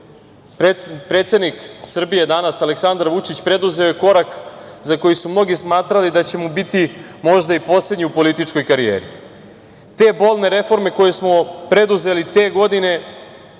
predsednik Srbije, danas Aleksandar Vučić, preduzeo je korak za koji su mnogi smatrali da će mu biti možda i poslednji u političkoj karijeri. Te bolne reforme koje smo preduzeli te godine